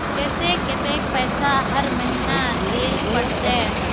केते कतेक पैसा हर महीना देल पड़ते?